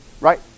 Right